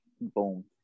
boom